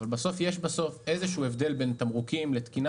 אבל יש בסוף איזשהו הבדל בין תמרוקים לתקינה,